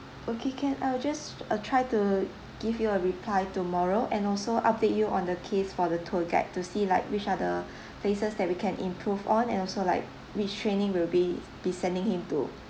okay can I will just uh try to give you a reply tomorrow and also update you on the case for the tour guide to see like which are the places that we can improve on and also like which training we'll be be sending him to